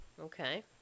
okay